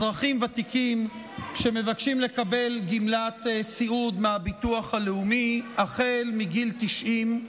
אזרחים ותיקים שמבקשים לקבל גמלת סיעוד מהביטוח הלאומי מגיל 90,